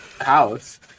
house